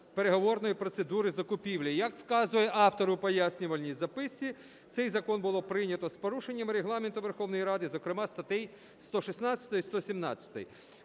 переговорної процедури закупівлі. Як вказує автор у пояснювальній записці, цей закон було прийнято з порушеннями Регламенту Верховної Ради, зокрема статей 116 і 117.